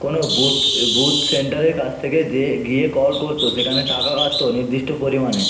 কোনো booth booth সেন্টারের কাছ থেকে যেয়ে গিয়ে কল করত সেখানে টাকা কাটত নির্দিষ্ট পরিমাণে